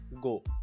go